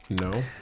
No